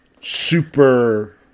super